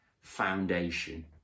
foundation